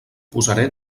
posaré